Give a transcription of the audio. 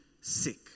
sick